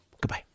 goodbye